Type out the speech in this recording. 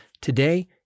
today